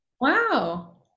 Wow